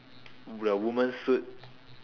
the woman suit